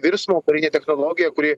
virsmo karinė technologija kuri